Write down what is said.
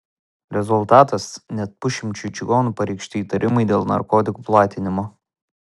rezultatas net pusšimčiui čigonų pareikšti įtarimai dėl narkotikų platinimo